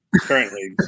currently